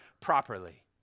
properly